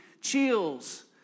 chills